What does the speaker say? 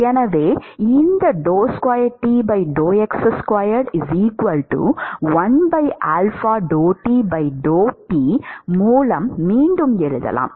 எனவே இந்த மூலம் மீண்டும் எழுதலாம்